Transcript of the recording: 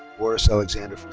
boris alexander